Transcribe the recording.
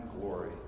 glory